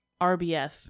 RBF